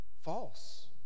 false